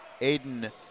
Aiden